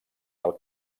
del